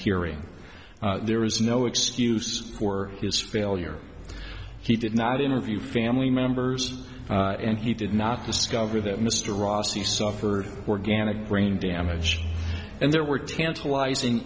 hearing there is no excuse for his failure he did not interview family members and he did not discover that mr rossi suffered organic brain damage and there were tantalizing